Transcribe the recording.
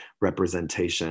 representation